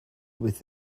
with